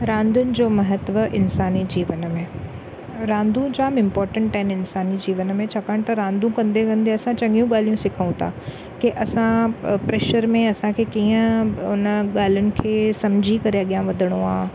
रांदुनि जो महत्व इंसानी जीवन में रांदू जाम इम्पोर्टेंट आहिनि इंसानी जीवन में छाकाणि त रांदू कंदे कंदे असां चङियूं ॻाल्हियूं सिसूं था की असां प्रेशर में असांखे कीअं उन ॻाल्हिन खे सम्झी करे अॻियां वधिणो आहे